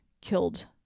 killed